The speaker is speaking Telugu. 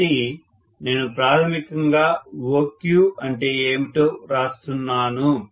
కాబట్టి నేను ప్రాథమికంగా OQ అంటే ఏమిటో రాస్తున్నాను